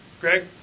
Greg